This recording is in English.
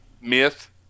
myth